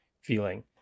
feeling